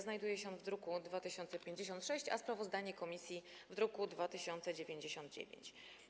Znajduje się on w druku nr 2056, a sprawozdanie komisji - w druku nr 2099.